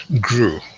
grew